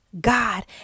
God